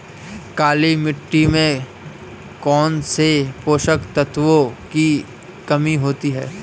काली मिट्टी में कौनसे पोषक तत्वों की कमी होती है?